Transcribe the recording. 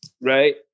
right